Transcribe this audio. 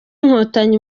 inkotanyi